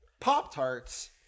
Pop-Tarts